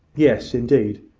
yes, indeed.